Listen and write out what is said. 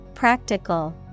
Practical